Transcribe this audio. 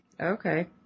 okay